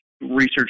research